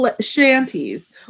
shanties